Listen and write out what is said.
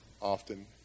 often